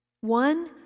One